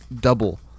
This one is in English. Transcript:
double